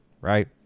right